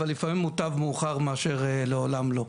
אבל לפעמים מוטב מאוחר מאשר לעולם לא.